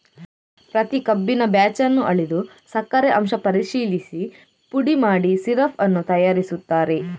ಪ್ರತಿ ಕಬ್ಬಿನ ಬ್ಯಾಚ್ ಅನ್ನು ಅಳೆದು ಸಕ್ಕರೆ ಅಂಶ ಪರಿಶೀಲಿಸಿ ಪುಡಿ ಮಾಡಿ ಸಿರಪ್ ಅನ್ನು ತಯಾರಿಸುತ್ತಾರೆ